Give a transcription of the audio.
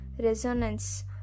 Resonance